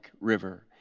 River